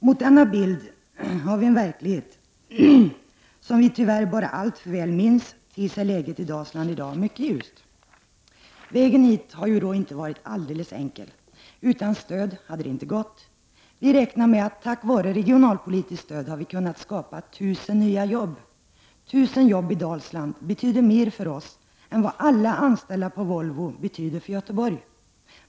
Mot denna bild av en verklighet som vi tyvärr alltför väl minns ter sig läget i Dalsland i dag mycket ljust. Vägen hit har ju inte varit alldeles enkel. Utan stöd hade det inte gått. Tack vare regionalpolitiskt stöd har vi kunnat skapa 1 000 nya jobb. 1 000 jobb betyder mer för Dalsland än vad alla anställda på Volvo betyder för Göteborg.